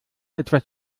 etwas